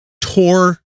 tore